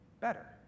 better